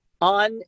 on